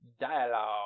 Dialogue